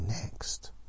next